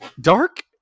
dark